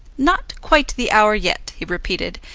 not quite the hour yet, he repeated,